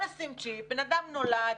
בן אדם נולד,